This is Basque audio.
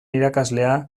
irakaslea